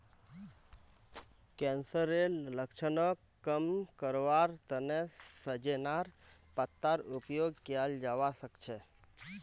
कैंसरेर लक्षणक कम करवार तने सजेनार पत्तार उपयोग कियाल जवा सक्छे